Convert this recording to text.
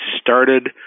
started